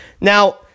now